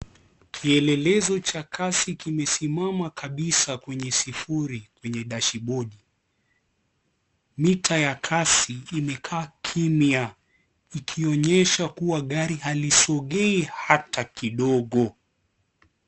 Kielelelezo cha kasi kimesimama kabisa kwenye sifuri kwenye dashibodi, mita ya kasi imekaa kimya ikionyesha kuwa gari halisogei hata kidogo.